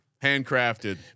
Handcrafted